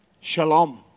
shalom